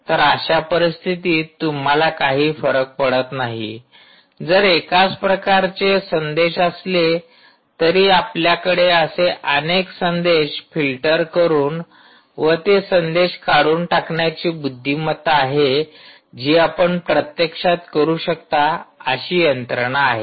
तर अशा परिस्थितीत तुम्हाला काही फरक पडत नाही जर एकाच प्रकारचे संदेश असले तरी आपल्याकडे असे अनेक संदेश फिल्टर करून व ते संदेश काढून टाकण्याची बुद्धिमत्ता आहे जी आपण प्रत्यक्षात करू शकता अशी यंत्रणा आहे